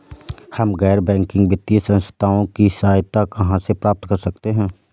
हम गैर बैंकिंग वित्तीय संस्थानों की सहायता कहाँ से प्राप्त कर सकते हैं?